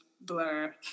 blur